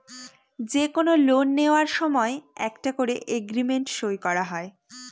যে কোনো লোন নেওয়ার সময় একটা করে এগ্রিমেন্ট সই করা হয়